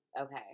Okay